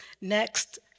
next